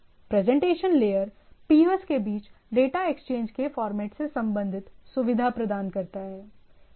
presentation layer peers के बीच data exchange के फॉर्मेट से संबंधित सुविधा प्रदान करता है